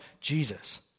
Jesus